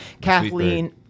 Kathleen